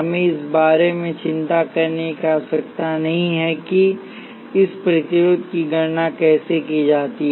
हमें इस बारे में चिंता करने की आवश्यकता नहीं है कि इस प्रतिरोध की गणना कैसे की जाती है